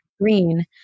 green